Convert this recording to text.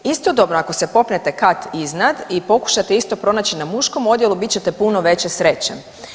Istodobno ako se popnete kat iznad i pokušate isto pronaći na muškom odjelu bit ćete puno veće sreće.